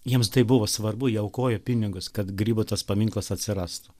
jiems tai buvo svarbu jie aukojo pinigus kad grybo tas paminklas atsirastų